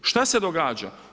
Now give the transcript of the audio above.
Što se događa?